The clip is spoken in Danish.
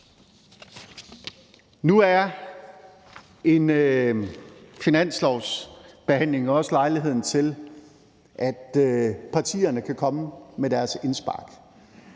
Nu er en finanslovsbehandling også en lejlighed til, at partierne kan komme med deres indspark,